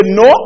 no